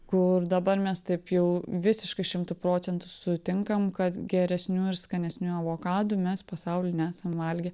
kur dabar mes taip jau visiškai šimtu procentų sutinkam kad geresnių ir skanesnių avokadų mes pasauly nesam valgę